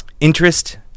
interest